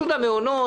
סבסוד המעונות,